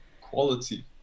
quality